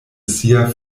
sia